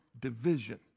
division